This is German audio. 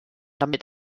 damit